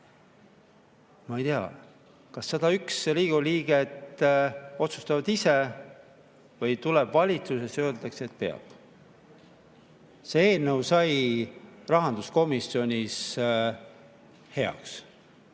Ma ei tea, kas 101 Riigikogu liiget otsustavad ise või tuleb valitsus ja öeldakse, et peab. See eelnõu sai rahanduskomisjonis heaks